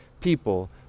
people